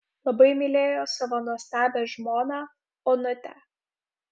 labai mylėjo savo nuostabią žmoną onutę